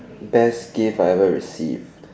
best gift I ever received